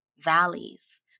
valleys